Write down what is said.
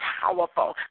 powerful